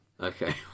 Okay